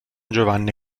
giovanni